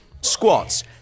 Squats